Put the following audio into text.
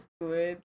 good